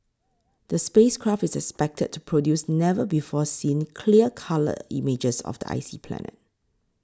the space craft is expected to produce never before seen clear colour images of the icy planet